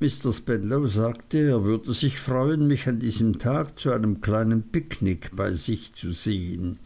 mr spenlow sagte er würde sich freuen mich an diesem tag zu einem kleinen picknick bei sich zu sehen